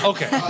Okay